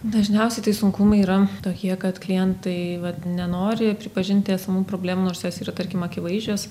dažniausiai tai sunkumai yra tokie kad klientai vat nenori pripažinti esamų problemų nors jos yra tarkim akivaizdžios